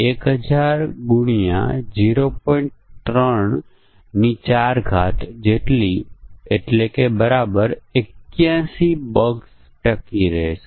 એક સમસ્યા આપવામાં આવે છે જ્યાં આપણી પાસે સંખ્યાબંધ પરિમાણો છે અને તે પરિમાણો પરની કેટલીક શરતોના આધારે આપણી પાસે કેટલીક ક્રિયાઓ છે જે થાય છે